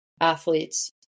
athletes